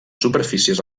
superfícies